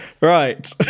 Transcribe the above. Right